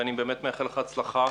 ואני באמת מאחל לך הצלחה.